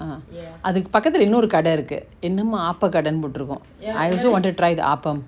ah அதுக்கு பக்கத்துல இன்னொரு கட இருக்கு என்னமோ ஆப கடனு போட்ருக்கு:athuku pakkathula innoru kada iruku ennamo aapa kadanu potrukku I also want to try the appam